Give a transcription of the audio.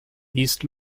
east